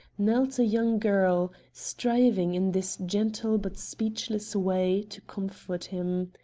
knelt a young girl, striving in this gentle but speechless way to comfort him.